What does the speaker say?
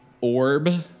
orb